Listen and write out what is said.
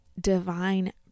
divine